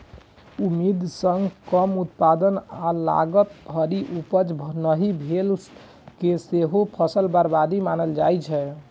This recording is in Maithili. उम्मीद सं कम उत्पादन आ लागत भरि उपज नहि भेला कें सेहो फसल बर्बादी मानल जाइ छै